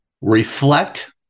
Reflect